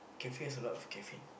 can face a lot of caffeine